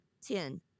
Ten